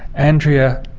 andrea